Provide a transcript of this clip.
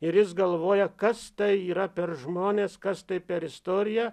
ir jis galvoja kas tai yra per žmonės kas tai per istorija